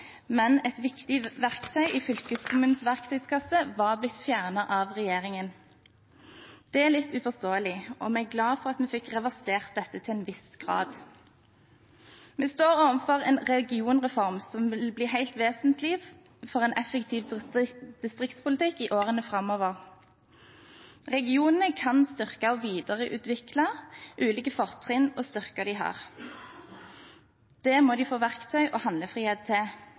men et viktig verktøy i fylkeskommunenes verktøykasse var blitt fjernet av regjeringen. Det er litt uforståelig, og vi er glade for at vi fikk reversert dette til en viss grad. Vi står overfor en regionreform som vil bli helt vesentlig for effektiv distriktspolitikk i årene framover. Regionene kan styrke og videreutvikle ulike fortrinn og styrker som de har. Det må de få verktøy og handlefrihet til.